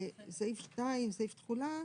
2. תחולה.